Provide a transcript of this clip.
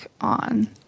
on